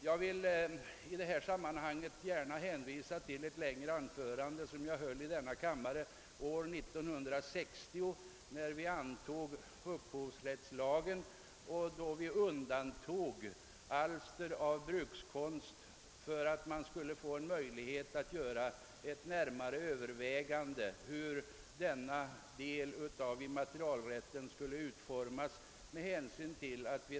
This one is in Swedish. Jag vill i detta sammanhang hänvisa till ett längre anförande som jag höll i denna kammare år 1960 i samband med att upphovsrättslagen antogs, varvid alster av brukskonst undantogs för att vi skulle bereda möjlighet till närmare överväganden om hur denna del av immaterialrätten skulle utformas.